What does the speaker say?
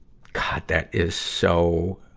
god, that is so,